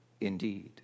Indeed